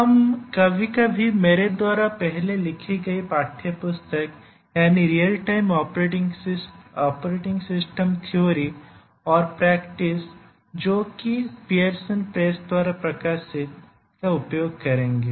हम कभी कभी मेरे द्वारा पहले लिखी गई पाठ्यपुस्तक यानि रियल टाइम सिस्टम थ्योरी और प्रैक्टिस जोकि पीयरसन प्रेस द्वारा प्रकाशित का उपयोग करेंगे